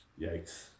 Yikes